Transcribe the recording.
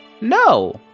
No